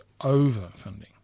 overfunding